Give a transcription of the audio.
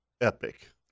epic